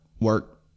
work